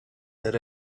that